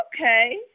okay